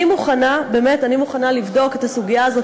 אני מוכנה, באמת, אני מוכנה לבדוק את הסוגיה הזאת.